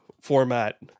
format